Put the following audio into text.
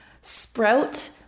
sprout